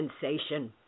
sensation